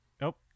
Nope